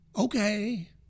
okay